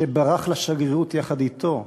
שברח לשגרירות יחד אתו.